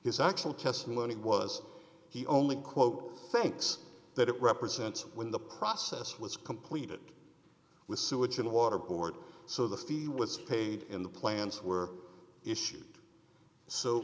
his actual testimony was he only quote thinks that it represents when the process was completed with sewage and water board so the feel was paid in the plans were issued so